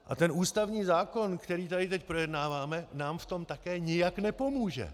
A ústavní zákon, který tady teď projednáváme, nám v tom také nijak nepomůže.